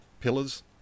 pillars